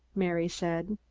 mary said.